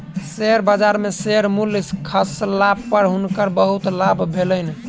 share बजार में share मूल्य खसला पर हुनकर बहुत लाभ भेलैन